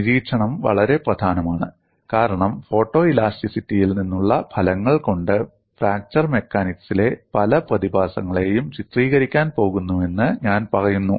നിരീക്ഷണം വളരെ പ്രധാനമാണ് കാരണം ഫോട്ടോ ഇലാസ്റ്റിറ്റിയിൽ നിന്നുള്ള ഫലങ്ങൾ കൊണ്ട് ഫ്രാക്ചർ മെക്കാനിക്സിലെ പല പ്രതിഭാസങ്ങളെയും ചിത്രീകരിക്കാൻ പോകുന്നുവെന്ന് ഞാൻ പറയുന്നു